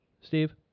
Steve